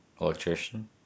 Electrician